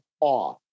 awe